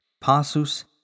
Passus